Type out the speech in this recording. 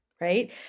right